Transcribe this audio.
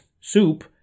soup